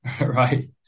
right